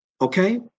okay